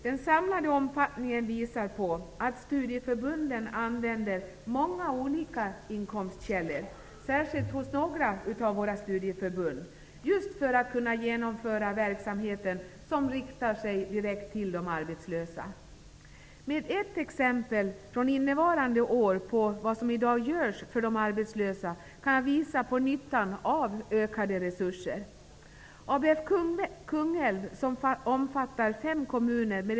Den samlade omfattningen visar att studieförbunden använder många olika inkomstkällor -- det gäller särskilt några av studieförbunden -- just för att kunna genomföra verksamheter som riktar sig direkt till de arbetslösa. Genom ett exempel från innevarande år på vad som görs för de arbetslösa kan jag visa på nyttan av ökade resurser.